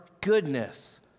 goodness